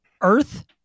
Earth